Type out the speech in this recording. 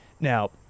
Now